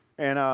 and,